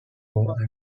war